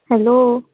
hello